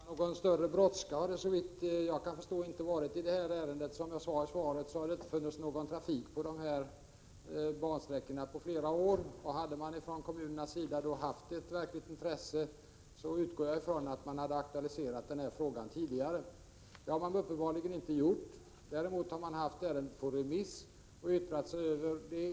Fru talman! Någon större brådska har det såvitt jag kan förstå inte varit i detta ärende. Som jag sade i svaret har det inte funnits någon trafik på dessa bansträckor på flera år. Jag utgår från att kommunerna hade aktualiserat frågan tidigare om de hade haft ett verkligt intresse. Så har uppenbarligen inte skett. Däremot har ärendet varit ute på remiss, och man har yttrat sig över det.